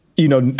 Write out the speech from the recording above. you know,